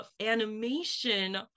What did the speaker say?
animation